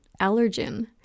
allergen